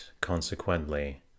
consequently